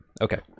okay